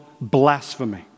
blasphemy